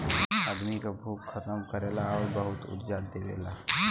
आदमी क भूख खतम करेला आउर बहुते ऊर्जा देवेला